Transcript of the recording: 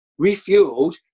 refueled